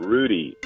Rudy